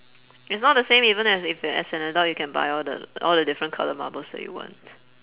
it's not the same even as if as an adult you can buy all the all the different colour marble that you want